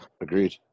Agreed